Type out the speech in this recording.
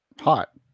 hot